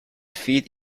feet